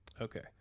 Okay